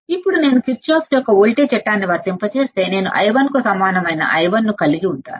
ఇప్పుడు నేను కిర్చోఫ్ యొక్క వోల్టేజ్ చట్టాన్ని వర్తింపజేస్తే నేను i1 కు సమానమైన i1 ను కలిగి ఉంటాను